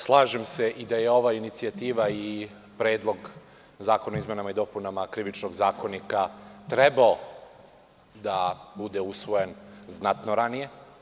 Slažem se i da ova inicijativa iPredlog zakona o izmenama i dopunama Krivičnog zakonika trebao da bude usvojen znatno ranije.